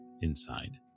inside